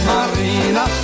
Marina